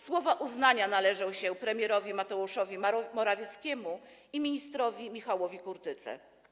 Słowa uznania należą się premierowi Mateuszowi Morawieckiemu i ministrowi Michałowi Kurtyce.